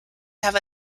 have